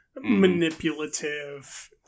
manipulative